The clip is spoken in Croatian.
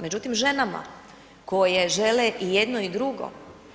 Međutim, ženama koje žele i jedno i drugo